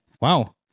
wow